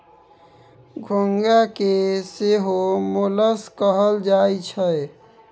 घोंघा के सेहो मोलस्क कहल जाई छै